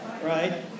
Right